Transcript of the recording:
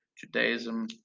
Judaism